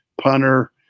Punter